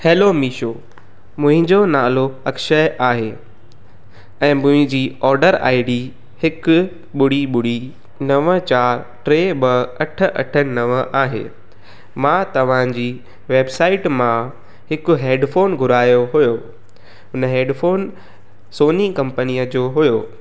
hello Meesho मुंहिंजो नालो अक्षय आहे ऐं मुंहिंजी ऑडर आई डी हिकु ॿुड़ी ॿुड़ी नव चारि टे ॿ अठ अठ नव आहे मां तव्हांजी वैबसाइट मां हिकु हैडफ़ोन घुरायो हुयो हुन हैडफ़ोन सोनी कंपनीअ जो हुयो